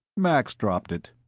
max dropped it.